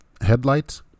headlights